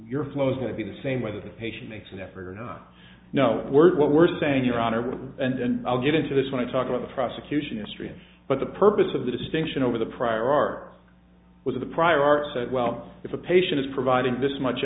your flows going to be the same whether the patient makes an effort not no work what we're saying your honor and then i'll get into this when i talk about the prosecution history but the purpose of the distinction over the prior art was the prior art said well if a patient is providing this much